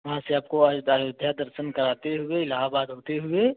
वहाँ से आपको आए अयोध्या दर्शन कराते हुए इलाहाबाद होते हुए